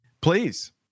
Please